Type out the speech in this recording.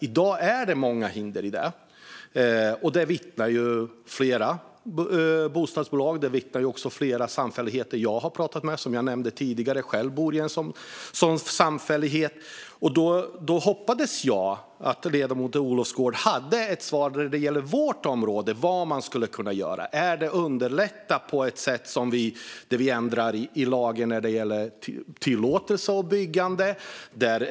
I dag finns det många hinder för det, vilket flera bostadsbolag och samfälligheter jag pratat med vittnar om, som jag nämnde tidigare. Jag bor själv i en sådan samfällighet. Jag hoppades att ledamoten Olofsgård skulle ha ett svar på vad man skulle kunna göra på vårt område. Det kan handla om att underlätta genom att ändra lagar som gäller tillåtelser och byggande.